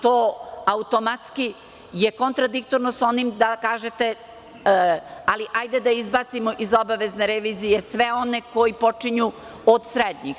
To automatski je kontradiktorno sa onim što kažete, hajde da izbacimo iz obavezne revizije sve one koji počinju od srednjih.